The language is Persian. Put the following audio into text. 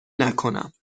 نکنم